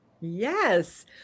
Yes